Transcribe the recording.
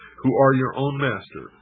who are your own master,